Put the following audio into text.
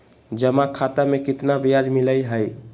जमा खाता में केतना ब्याज मिलई हई?